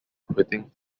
quitting